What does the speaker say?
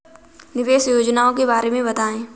निवेश योजनाओं के बारे में बताएँ?